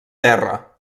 terra